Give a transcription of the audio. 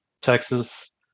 Texas